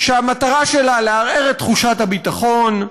שהמטרה שלה לערער את תחושת הביטחון,